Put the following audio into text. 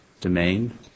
domain